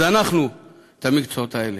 זנחנו את המקצועות האלה.